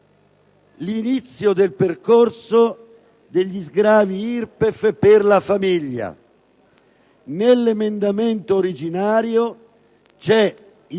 l'inizio del percorso degli sgravi IRPEF per la famiglia. Nell'emendamento originario è